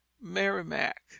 Merrimack—